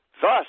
Thus